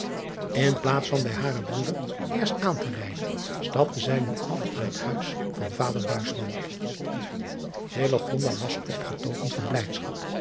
illegonda uisman van bij haren broeder eerst aan te rijden stapte zij nu af aan het huis van ader was opgetogen van blijdschap